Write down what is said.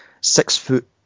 six-foot